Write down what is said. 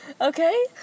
Okay